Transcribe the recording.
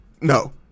No